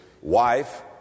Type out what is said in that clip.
wife